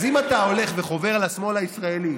אז אם אתה הולך וחובר לשמאל הישראלי